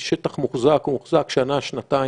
שטח מוחזר הוא מוחזק שנה-שנתיים-שלוש,